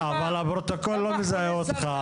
כמה חולי סרטן --- אבל לא עושים את זה ככה